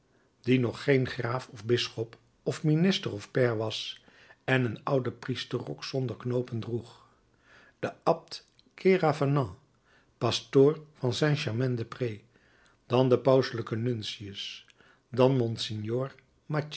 die nog geen graaf of bisschop of minister of pair was en een ouden priesterrok zonder knoopen droeg de abt keravenant pastoor van saint germain de prés dan de pauselijke nuntius dan